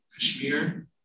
Kashmir